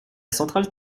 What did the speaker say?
centrale